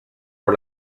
por